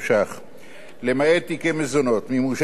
למעט תיקי מזונות, מימושי משכון ומשכנתה.